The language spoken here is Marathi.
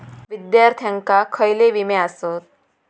विद्यार्थ्यांका खयले विमे आसत?